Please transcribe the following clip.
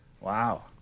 Wow